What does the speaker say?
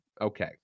okay